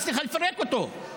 הצליחה לפרק אותו,